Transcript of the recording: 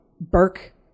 Burke